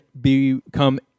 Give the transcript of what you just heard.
become